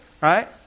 right